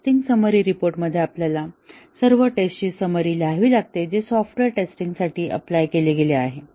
testing summary report मध्ये आपल्याला सर्व टेस्टची समरी लिहावी लागते जे सॉफ्टवेअरला टेस्टिंग साठी अप्लाय केले गेले आहे